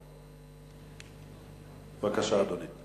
בבקשה, אדוני.